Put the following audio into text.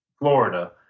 Florida